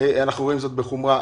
אנחנו רואים זאת בחומרה.